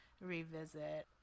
revisit